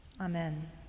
Amen